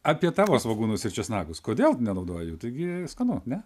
apie tavo svogūnus ir česnakus kodėl nenaudoji taigi skanu ne